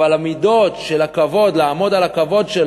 אבל המידות של הכבוד, לעמוד על כבודו,